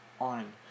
on